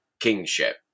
kingship